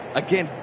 again